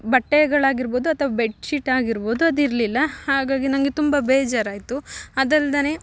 ಬಟ್ಟೆಗಳಾಗಿರ್ಬೋದು ಅಥ್ವಾ ಬೆಡ್ಶಿಟ್ ಆಗಿರ್ಬೋದು ಅದು ಇರಲಿಲ್ಲ ಹಾಗಾಗಿ ನನಗೆ ತುಂಬಾ ಬೇಜಾರು ಆಯಿತು ಅದಲ್ಲದೇನೆ